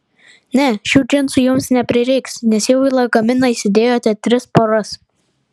ne šių džinsų jums neprireiks nes jau į lagaminą įsidėjote tris poras